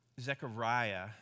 Zechariah